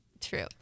true